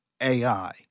AI